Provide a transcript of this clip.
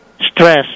stress